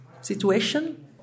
situation